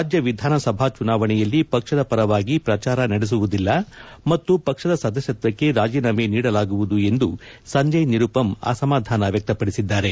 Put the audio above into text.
ರಾಜ್ಯ ವಿಧಾನಸಭಾ ಚುನಾವಣೆಯಲ್ಲಿ ಪಕ್ಷದ ಪರವಾಗಿ ಪ್ರಚಾರ ನಡೆಸುವುದಿಲ್ಲ ಮತ್ತು ಪಕ್ಷದ ಸದಸ್ಕಷ್ಟಕ್ಕೆ ರಾಜೀನಾಮೆ ನೀಡಲಾಗುವುದು ಎಂದು ಸಂಜಯ್ ನಿರುಪಮ್ ಅಸಮಾಧಾನ ವ್ಯಕ್ತಪಡಿಸಿದ್ದಾರೆ